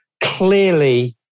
clearly